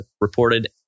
reported